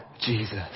Jesus